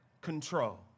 control